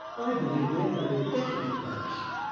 i believe we're going to get it at last.